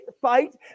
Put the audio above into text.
fight